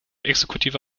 exekutive